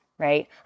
right